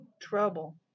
Trouble